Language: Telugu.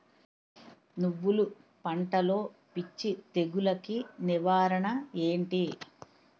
నువ్వులు పంటలో పిచ్చి తెగులకి నివారణ ఏంటి?